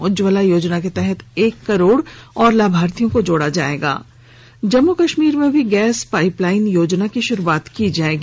उज्ज्वला योजना के तहत एक करोड़ और लाभार्थियों को जोड़ा जाएगा जम्मू कश्मीर में भी गैस पाइपलाइन योजना की शुरुआत की जाएगी